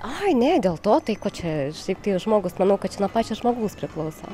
ai ne dėl to tai ko čia tiktai žmogus manau kad čia nuo pačio žmogaus priklauso